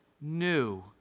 new